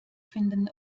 finden